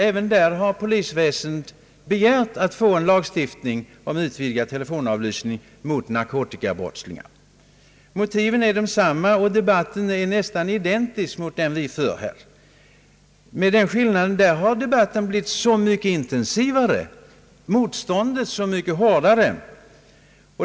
Även där har polisväsendet begärt att få en lagstiftning om utvidgad telefonavlyssning mot narkotikabrottslingar. Motiven är desamma, och debatten är nästan identisk med den vi här för, med den skillnaden att debatten där blivit så mycket intensivare och motståndet så mycket hårdare.